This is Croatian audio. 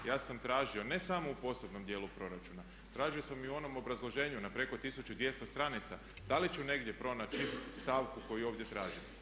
Ja sam tražio ne samo u posebnom dijelu proračuna, tražio sam i u onom obrazloženju na preko 1200 stranica da li ću negdje pronaći stavku koju ovdje tražim.